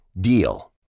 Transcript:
DEAL